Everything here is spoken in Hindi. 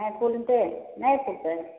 नए पूल पे नए पूल पे